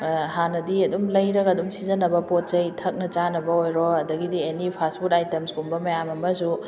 ꯍꯥꯟꯅꯗꯤ ꯑꯗꯨꯝ ꯂꯩꯔꯒ ꯑꯗꯨꯝ ꯁꯤꯖꯟꯅꯕ ꯄꯣꯠꯆꯩ ꯊꯛꯅ ꯆꯥꯅꯕ ꯑꯣꯏꯔꯣ ꯑꯗꯨꯗꯒꯤꯗꯤ ꯑꯦꯅꯤ ꯐꯥꯁ ꯐꯨꯠ ꯑꯥꯏꯇꯦꯝꯁ ꯀꯨꯝꯕ ꯃꯌꯥꯝ ꯑꯃꯁꯨ